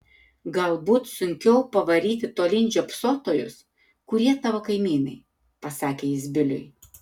galbūt sunkiau pavaryti tolyn žiopsotojus kurie tavo kaimynai pasakė jis biliui